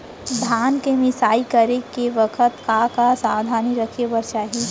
धान के मिसाई करे के बखत का का सावधानी रखें बर चाही?